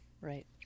right